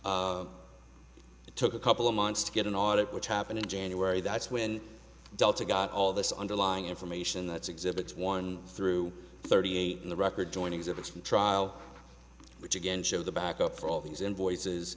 up it took a couple of months to get an audit which happened in january that's when delta got all this underlying information that's exhibits one through thirty eight in the record joinings of its trial which again shows the backup for all these invoices